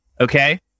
okay